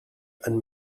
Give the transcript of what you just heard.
and